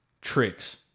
Tricks